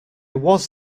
was